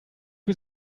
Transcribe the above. für